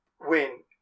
win